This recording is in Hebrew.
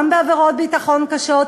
גם בעבירות ביטחון קשות,